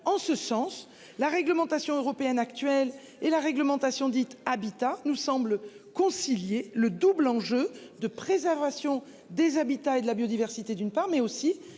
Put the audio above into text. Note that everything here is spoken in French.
en ce sens, la réglementation européenne actuelle et la réglementation dite habitat nous semble concilier le double enjeu de préservation des habitats et de la biodiversité. D'une part mais aussi